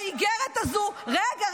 היא השכפ"ץ המשפטי --- רגע,